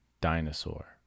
dinosaur